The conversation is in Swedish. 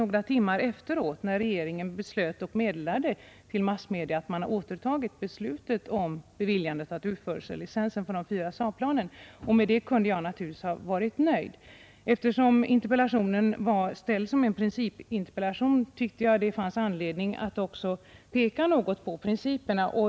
Några timmar efteråt bestämde sig ju regeringen — och meddelade det till massmedia — att återta beslutet om beviljande av utförsellicens för de fyra SAAB-planen. med det kunde jag naturligtvis ha varit nöjd. Eftersom interpellationen var utformad som en principfråga tyckte jag dock att det fanns anledning att också peka något på principerna.